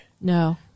No